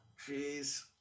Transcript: Jeez